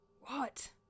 What